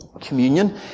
Communion